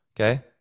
Okay